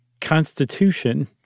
constitution